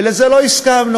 ולזה לא הסכמנו.